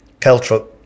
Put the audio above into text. Keltruck